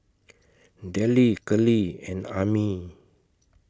Dellie Keli and Ami